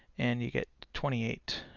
and you get twenty eight